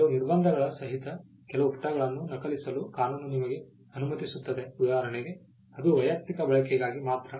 ಕೆಲವು ನಿರ್ಬಂಧಗಳ ಸಹಿತ ಕೆಲವು ಪುಟಗಳನ್ನು ನಕಲಿಸಲು ಕಾನೂನು ನಿಮಗೆ ಅನುಮತಿಸುತ್ತದೆ ಉದಾಹರಣೆಗೆ ಅದು ವೈಯಕ್ತಿಕ ಬಳಕೆಗಾಗಿ ಮಾತ್ರ